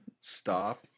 stop